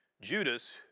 Judas